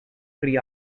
pri